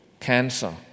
cancer